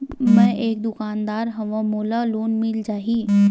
मै एक दुकानदार हवय मोला लोन मिल जाही?